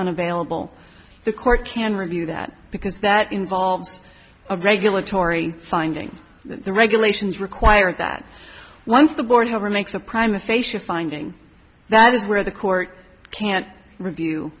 unavailable the court can review that because that involves a regulatory finding the regulations require that once the board ever makes a prime the facial finding that is where the court can't review